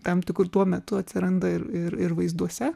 tam tikru tuo metu atsiranda ir ir ir vaizduose